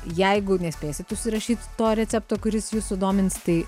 jeigu nespėsit užsirašyt to recepto kuris jus sudomins tai